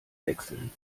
wechseln